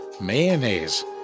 mayonnaise